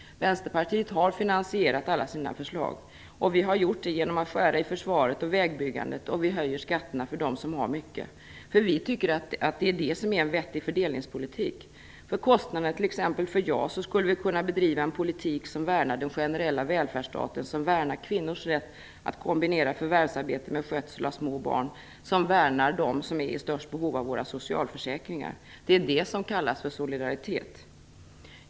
Vänsterpartiet har finansierat alla sina förslag. Vi har gjort det genom att skära i försvaret och vägbyggandet, och vi höjer skatterna för dem som har mycket. För vi tycker att det är det som är en vettig fördelningspolitik. För pengarna till t.ex. JAS skulle vi kunna bedriva en politik som värnar den generella välfrädsstaten, som värnar kvinnors rätt att kombinera förvärvsarbete med skötsel av små barn, som värnar dem som är i störst behov av våra socialförsäkringar. Det är det som kallas för solidaritet.